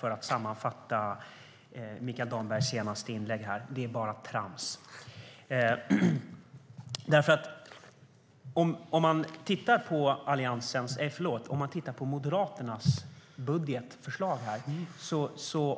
för att sammanfatta Mikael Dambergs senaste inlägg: Det är bara trams. Man kan titta på Moderaternas budgetförslag.